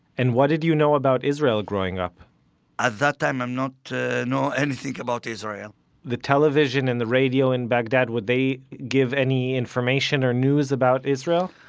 and what did you know about israel growing up? at that time, i'm not know anything about israel the television and the radio in baghdad, would they give any information or news about israel?